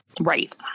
Right